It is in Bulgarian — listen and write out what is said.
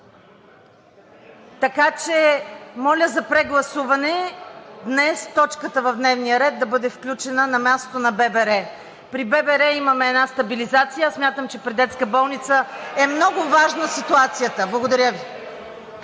Така че, моля за прегласуване – днес точката в дневния ред да бъде включена на мястото на ББР. При ББР имаме една стабилизация, а смятам, че при детската болница е много важна ситуацията. (Шум и